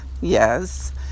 Yes